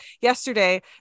yesterday